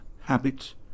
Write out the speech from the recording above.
habits